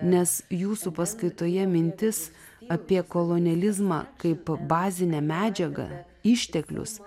nes jūsų paskaitoje mintis apie kolonializmą kaip bazinę medžiagą išteklius